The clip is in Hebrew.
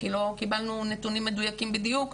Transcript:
כי לא קיבלנו נתונים מדויקים בדיוק,